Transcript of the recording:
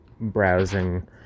browsing